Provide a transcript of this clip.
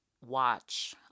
watch